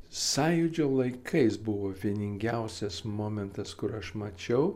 sąjūdžio laikais buvo vieningiausias momentas kur aš mačiau